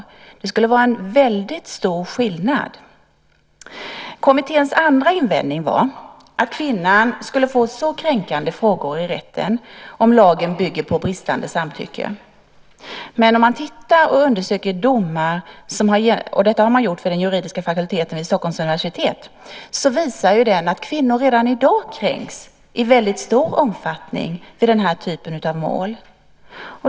Det skulle vara en väldigt stor skillnad. Kommitténs andra invändning var att kvinnan skulle få så kränkande frågor i rätten om lagen bygger på bristande samtycke. Om man undersöker domar - och det har man gjort vid den juridiska fakulteten vid Stockholms universitet - finner man att kvinnor redan i dag kränks i väldigt stor omfattning i den här typen av mål.